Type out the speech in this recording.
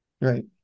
Right